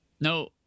No